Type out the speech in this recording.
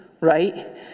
right